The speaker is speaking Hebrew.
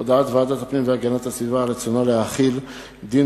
הודעת ועדת הפנים והגנת הסביבה על רצונה להחיל דין